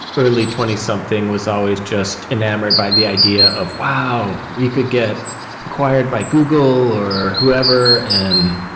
early twenty something was always just enamored by the idea of, wow! we could get acquired by google or whoever, and